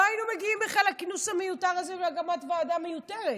לא היינו מגיעים בכלל לכינוס המיותר הזה ולהקמת ועדה מיותרת.